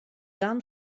gun